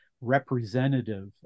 representative